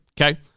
Okay